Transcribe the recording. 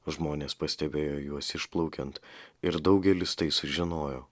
žmonės pastebėjo juos išplaukiant ir daugelis tai sužinojo